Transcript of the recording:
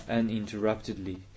Uninterruptedly